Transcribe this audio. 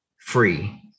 free